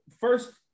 first